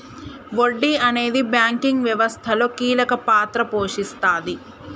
వడ్డీ అనేది బ్యాంకింగ్ వ్యవస్థలో కీలక పాత్ర పోషిస్తాది